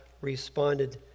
responded